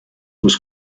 was